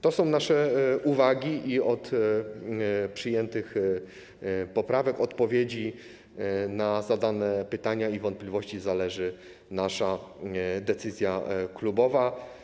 To są nasze uwagi i od przyjętych poprawek, odpowiedzi na zadane pytania i wątpliwości zależy nasza decyzja klubowa.